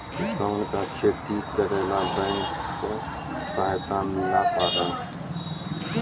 किसान का खेती करेला बैंक से सहायता मिला पारा?